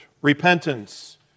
Repentance